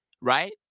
right